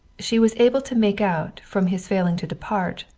she was able to make out, from his failing to depart,